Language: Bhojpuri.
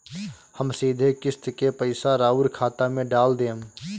हम सीधे किस्त के पइसा राउर खाता में डाल देम?